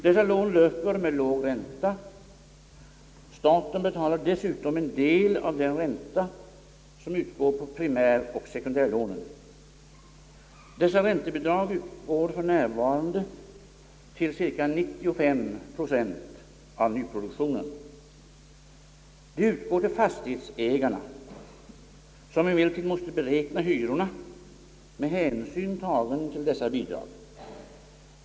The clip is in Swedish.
Dessa lån löper med låg ränta, och staten betalar dessutom en del av den ränta, som utgår på primäroch sekundärlånen. Dessa räntebidrag utgår f. n. till ca 95 procent av nyproduktionen. De utgår till fastighetsägarna, som emellertid måste beräkna hyrorna med hänsyn tagen till dessa bidrag.